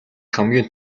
хамгийн